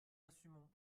assumons